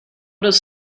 does